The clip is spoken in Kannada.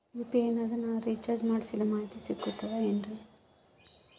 ಯು.ಪಿ.ಐ ನಾಗ ನಾ ರಿಚಾರ್ಜ್ ಮಾಡಿಸಿದ ಮಾಹಿತಿ ಸಿಕ್ತದೆ ಏನ್ರಿ?